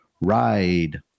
ride